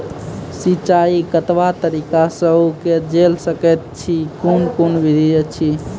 सिंचाई कतवा तरीका सअ के जेल सकैत छी, कून कून विधि ऐछि?